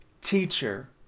teacher